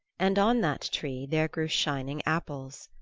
and on that tree there grew shining apples.